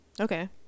okay